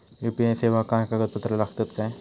UPI सेवाक काय कागदपत्र लागतत काय?